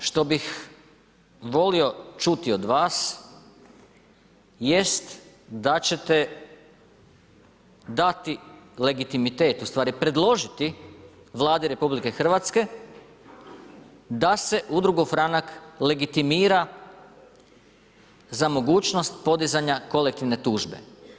Ono što bih volio čuti od vas jest da ćete dati legitimitet, ustvari predložiti Vladi RH da se Udrugu Franak legitimira za mogućnost podizanja kolektivne tužbe.